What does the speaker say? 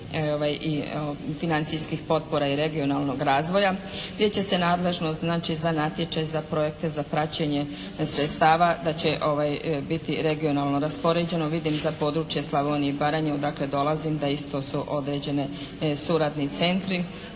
financijskih potpora i regionalnog razvoja gdje će se nadležnost znači za natječaj, za projekte, za praćenje sredstava da će biti regionalno raspoređeno, vidim za područje Slavonije i Baranje odakle dolazim da isto su određene suradni centri